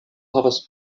havas